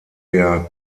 der